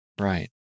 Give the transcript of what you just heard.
Right